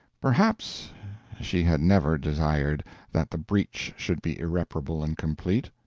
perhaps she had never desired that the breach should be irreparable and complete.